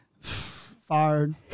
fired